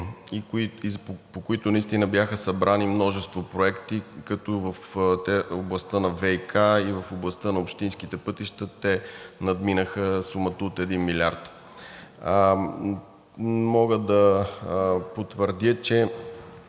по които наистина бяха събрани множество проекти, като в областта на ВиК и в областта на общинските пътища те надминаха сумата от 1 милиард. Мога да потвърдя, че